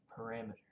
parameter